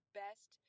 best